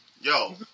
Yo